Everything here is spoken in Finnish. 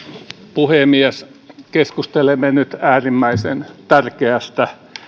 puhemies keskustelemme nyt äärimmäisen tärkeästä